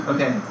Okay